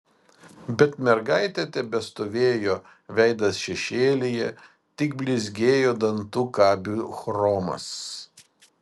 bet mergaitė tebestovėjo veidas šešėlyje tik blizgėjo dantų kabių chromas